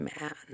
Man